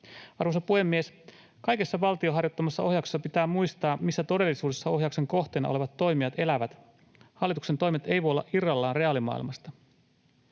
Arvoisa puhemies! Kaikessa valtion harjoittamassa ohjauksessa pitää muistaa, missä todellisuudessa ohjauksen kohteena olevat toimijat elävät. Hallituksen toimet eivät voi olla irrallaan reaalimaailmasta.